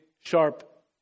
sharp